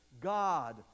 God